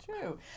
true